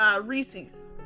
Reese's